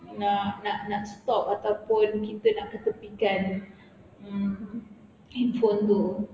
nak nak nak stop ataupun kita nak ketepikan mm handphone tu